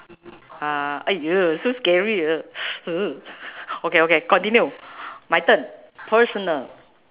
uh !aiya! so scary eh !eeyer! okay okay continue my turn personal